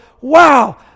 wow